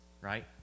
right